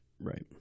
Right